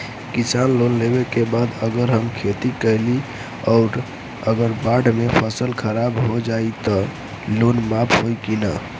किसान लोन लेबे के बाद अगर हम खेती कैलि अउर अगर बाढ़ मे फसल खराब हो जाई त लोन माफ होई कि न?